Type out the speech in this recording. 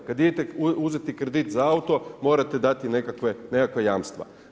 Kad idete uzeti kredit za auto morate dati nekakva jamstva.